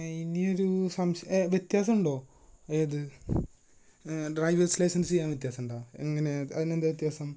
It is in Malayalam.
ഇനിയൊരു സംശയം വ്യത്യാസമുണ്ടോ ഏത് ഡ്രൈവിങ് ലൈസൻസ് ചെയ്യാൻ വ്യത്യാസമുണ്ടോ എങ്ങനെയാണ് അതിനെന്താ വ്യത്യാസം